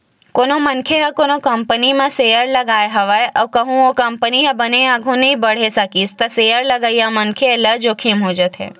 कोनो मनखे ह कोनो कंपनी म सेयर लगाय हवय अउ कहूँ ओ कंपनी ह बने आघु नइ बड़हे सकिस त सेयर लगइया मनखे ल जोखिम हो जाथे